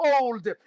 old